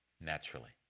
Naturally